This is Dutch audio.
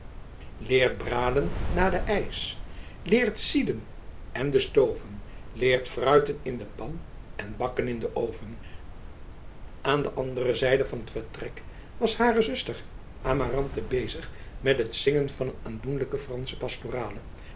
braden na den eisch leert sieden ende stoven leert fruiten in de pan en backen in den oven aan de andere zijde van het vertrek was hare zuster amarante bezig met het zingen van een aandoenlijke fransche pastorale